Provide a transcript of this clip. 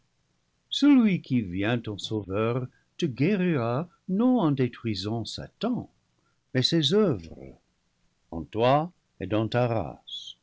sauveur te guérira non en détruisant satan mais ses oeuvres en toi et dans ta race